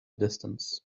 distance